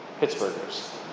Pittsburghers